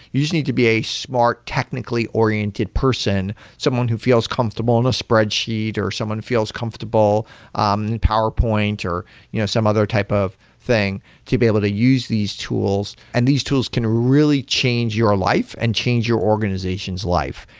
you just need to be a smart, technically oriented person, someone who feels comfortable in a spreadsheet, or someone who feels comfortable in and powerpoint, or you know some other type of thing to be able to use these tools, and these tools can really change your life and change your organization's life.